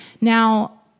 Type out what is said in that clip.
Now